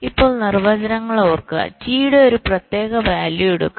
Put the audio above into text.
ഇപ്പോൾ നിർവചനങ്ങൾ ഓർക്കുക t യുടെ ഒരു പ്രത്യേക വാല്യൂ എടുക്കുക